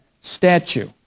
statue